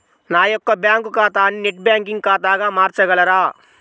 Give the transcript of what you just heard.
నా యొక్క బ్యాంకు ఖాతాని నెట్ బ్యాంకింగ్ ఖాతాగా మార్చగలరా?